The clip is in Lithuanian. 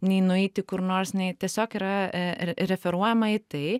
nei nueiti kur nors nei tiesiog yra referuojama į tai